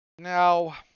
Now